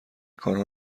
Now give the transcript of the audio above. کارها